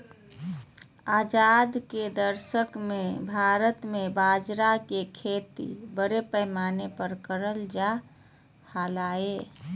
आजादी के दशक मे भारत मे बाजरा के खेती बड़ा पैमाना पर करल जा हलय